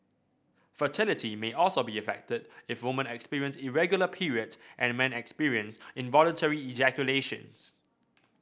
fertility may also be affected if women experience irregular periods and men experience involuntary ejaculations